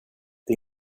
det